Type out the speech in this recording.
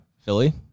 Philly